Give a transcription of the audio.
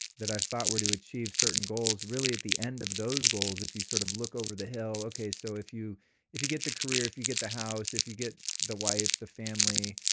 that i thought were to achieve certain goals, really at the end of those goals, if you sort of look over the hill. okay, so if you if you get the career, if you get the house, if you get the wife, the family,